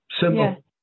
Simple